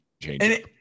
change